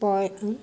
পয়